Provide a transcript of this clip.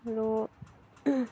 আৰু